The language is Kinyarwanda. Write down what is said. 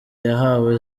yahawe